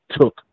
took –